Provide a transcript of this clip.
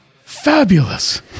fabulous